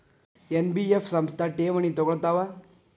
NBF ಸಂಸ್ಥಾ ಠೇವಣಿ ತಗೋಳ್ತಾವಾ?